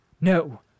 No